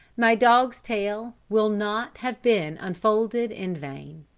my dog's tale will not have been unfolded in vain.